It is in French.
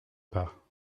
pas